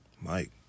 Mike